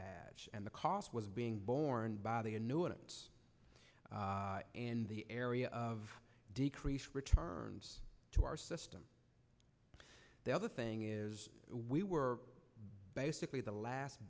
badge and the cost was being borne by the new it and the area of decreased returned to our system the other thing is we were basically the last